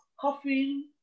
coughing